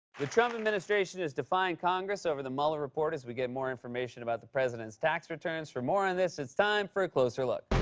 the trump administration is defying congress over the mueller report as we get more information about the president's tax returns. for more on this, it's time for a closer look.